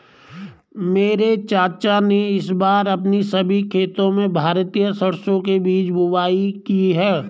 मेरे चाचा ने इस बार अपने सभी खेतों में भारतीय सरसों के बीज की बुवाई की है